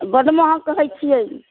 बड महग कहै छियै